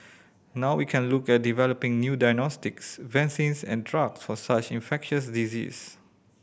now we can look at developing new diagnostics vaccines and drugs for such infectious disease